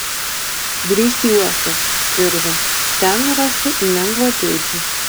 grįžk į uostą irzo ten rasi lengvapėdžių